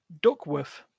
Duckworth